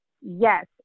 yes